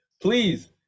Please